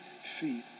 feet